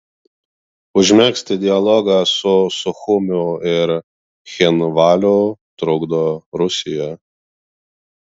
užmegzti dialogą su suchumiu ir cchinvaliu trukdo rusija